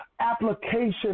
application